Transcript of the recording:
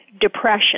depression